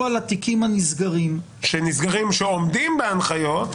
והוא על התיקים הנסגרים --- שעומדים בהנחיות,